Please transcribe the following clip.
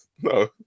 No